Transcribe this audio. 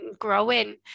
growing